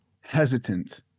hesitant